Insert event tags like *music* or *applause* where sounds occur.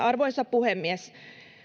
*unintelligible* arvoisa puhemies